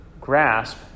grasp